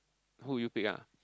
who would you pick ah